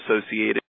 associated